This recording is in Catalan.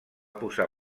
posar